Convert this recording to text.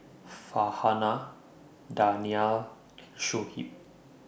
Farhanah Danial and Shuib